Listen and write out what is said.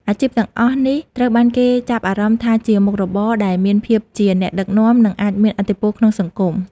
អាជីពទាំងអស់នេះត្រូវបានគេចាប់អារម្មណ៍ថាជាមុខរបរដែលមានភាពជាអ្នកដឹកនាំ និងអាចមានឥទ្ធិពលក្នុងសង្គម។